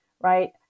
Right